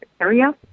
area